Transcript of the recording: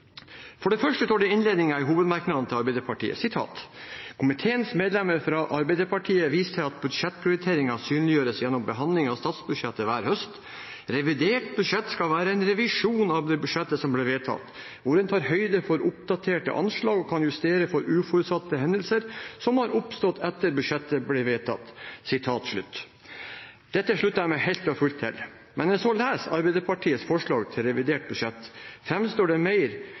For det første står det i innledningen i hovedmerknaden til Arbeiderpartiet: «Komiteens medlemmer fra Arbeiderpartiet viser til at budsjettprioriteringene synliggjøres gjennom behandlingen av statsbudsjettet hver høst. Revidert budsjett skal være en revisjon av det budsjettet som ble vedtatt, hvor en tar høyde for oppdaterte anslag og kan justere for uforutsette hendelser som har oppstått etter at budsjettet ble vedtatt.» Dette slutter jeg meg helt og fullt til, men når en så leser Arbeiderpartiets forslag til revidert budsjett, framstår det mer